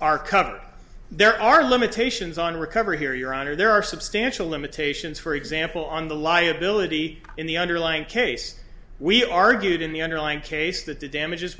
are covered there are limitations on recovery here your honor there are substantial limitations for example on the liability in the underlying case we argued in the underlying case that the damages